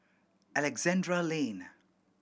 Alexandra Lane